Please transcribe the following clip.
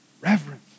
reverence